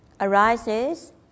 arises